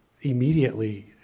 immediately